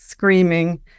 screaming